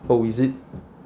oh is it